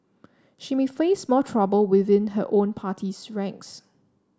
she may face more trouble within her own party's ranks